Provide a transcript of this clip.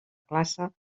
classe